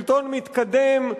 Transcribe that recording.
שלטון מתקדם,